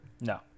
No